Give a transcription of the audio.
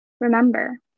Remember